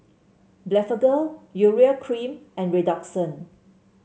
Blephagel Urea Cream and Redoxon